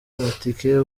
amatike